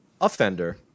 offender